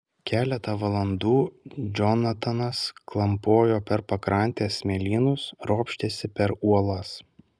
keletą valandų džonatanas klampojo per pakrantės smėlynus ropštėsi per uolas